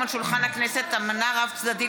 ייאמן שאתם עושים